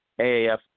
AAF